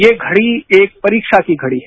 ये घड़ी एक परीक्षा की घड़ी है